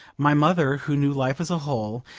my mother, who knew life as a whole,